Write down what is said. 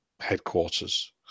headquarters